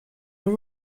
and